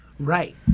Right